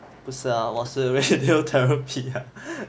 不是 ah 我是 radiotherapy ah